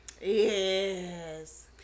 Yes